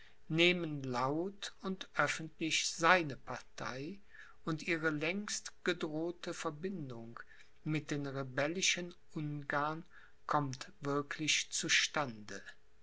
nehmen laut und öffentlich seine partei und ihre längst gedrohte verbindung mit den rebellischen ungarn kommt wirklich zu